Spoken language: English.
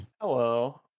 Hello